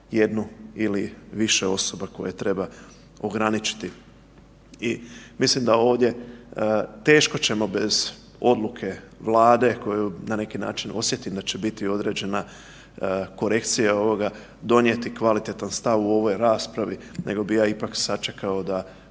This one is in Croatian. jednu ili više osoba koje treba ograničiti. I mislim da ćemo ovdje teško bez odluke Vlade koju na neki način osjetim da će biti određena korekcija ovoga, donijeti kvalitetan stav u ovoj raspravi nego bi ja ipak sačekao da